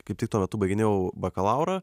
kaip tik tuo metu baiginėjau bakalaurą